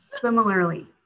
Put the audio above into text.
similarly